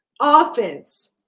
offense